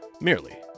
merely